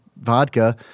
vodka